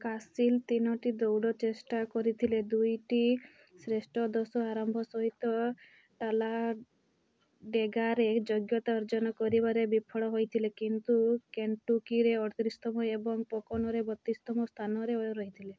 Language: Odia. କାସିଲ୍ ତିନୋଟି ଦୌଡ଼ ଚେଷ୍ଟା କରିଥିଲେ ଦୁଇଟି ଶ୍ରେଷ୍ଠ ଦଶ ଆରମ୍ଭ ସହିତ ଟାଲାଡେଗାରେ ଯୋଗ୍ୟତା ଅର୍ଜନ କରିବାରେ ବିଫଳ ହେଇଥିଲେ କିନ୍ତୁ କେଣ୍ଟୁକିରେ ଅଡ଼ତିରିଶ ତମ ଏବଂ ପୋକୋନୋରେ ବତିଶ ତମ ସ୍ଥାନରେ ରହିଥିଲେ